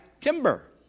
timber